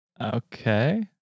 Okay